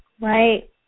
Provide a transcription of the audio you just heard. Right